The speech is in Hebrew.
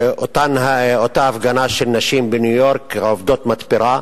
אותה הפגנה של נשים בניו-יורק, עובדות מתפרה,